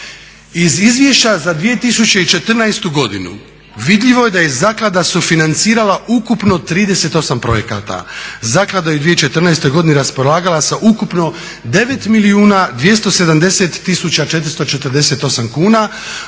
Iz izvješća za 2014. godinu vidljivo je da je zaklada sufinancirala ukupno 38 projekata. Zaklada je u 2014. godini raspolagala sa ukupno 9 milijuna